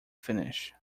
finish